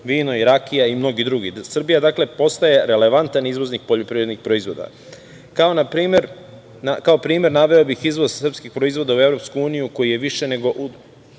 vino, rakija i mnogi drugi. Srbija, dakle, postaje relevantan izvoznik poljoprivrednih proizvoda. Kao primer naveo bih izvoz srpskih proizvoda u EU koji je više nego